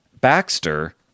Baxter